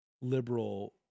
liberal